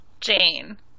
Jane